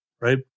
right